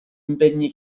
impegni